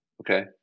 Okay